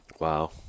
Wow